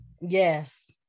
Yes